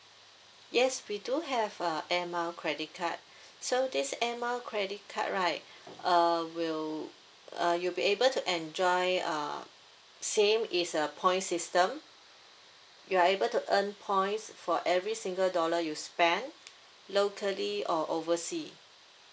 yes we do have uh air mile credit card so this air mile credit card right uh we'll uh you'll be able to enjoy uh same it's a point system you are able to earn points for every single dollar you spend locally or oversea